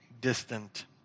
distant